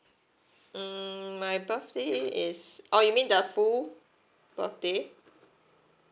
mm my birthday is oh you mean the full birthday